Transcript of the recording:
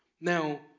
Now